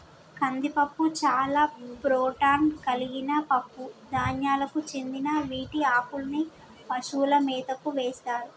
కందిపప్పు చాలా ప్రోటాన్ కలిగిన పప్పు ధాన్యాలకు చెందిన వీటి ఆకుల్ని పశువుల మేతకు వేస్తారు